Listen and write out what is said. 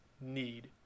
need